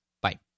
bye